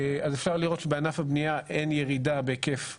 אז אפשר לראות שבענף הבנייה אין ירידה בהיקף העובדים,